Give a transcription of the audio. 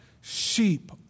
Sheep